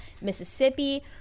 Mississippi